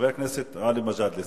חבר הכנסת גאלב מג'אדלה,